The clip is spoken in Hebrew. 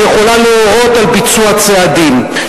שיכולה להורות על ביצוע צעדים,